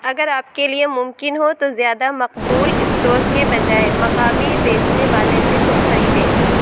اگر آپ کے لیے ممکن ہو تو زیادہ مقبول اسٹور کے بجائے مقامی بیچنے والے سے کچھ خریدیں